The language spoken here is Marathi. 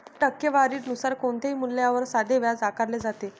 टक्केवारी नुसार कोणत्याही मूल्यावर साधे व्याज आकारले जाते